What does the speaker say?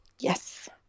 Yes